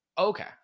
Okay